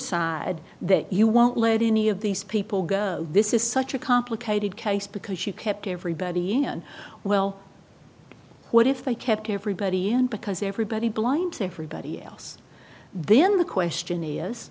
side that you won't let any of these people go this is such a complicated case because you kept everybody in well what if they kept everybody and because everybody blind to everybody else then the question is